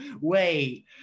wait